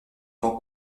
pan